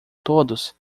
todos